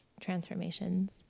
transformations